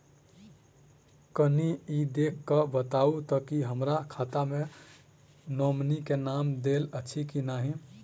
कनि ई देख कऽ बताऊ तऽ की हमरा खाता मे नॉमनी केँ नाम देल अछि की नहि?